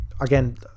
Again